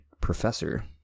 professor